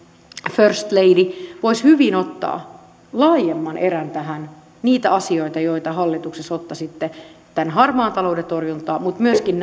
first lady voisi hyvin ottaa laajemman erän tähän niitä asioita joita hallituksessa ottaisitte tämän harmaan talouden torjuntaan mutta myöskin